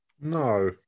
No